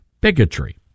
bigotry